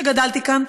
כשגדלתי כאן,